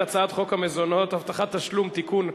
ההצעה להסיר מסדר-היום את הצעת חוק המזונות (הבטחת תשלום) (תיקון,